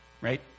Right